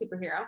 superhero